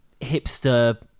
hipster